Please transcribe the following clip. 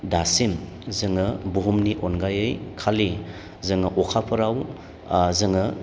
दासिम जोङो बुहुमनि अनगायै खालि जोङो अखाफोराव ओ जोङो